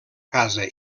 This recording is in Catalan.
casa